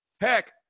Heck